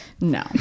no